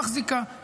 היא מחזיקה,